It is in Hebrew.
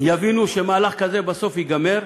יבינו שמהלך כזה ייגמר